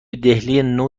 دهلینو